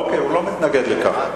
אוקיי, הוא לא מתנגד לכך.